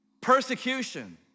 persecution